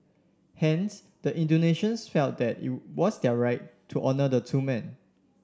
hence the Indonesians felt that it was their right to honour the two men